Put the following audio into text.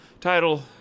Title